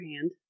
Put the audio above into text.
hand